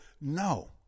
No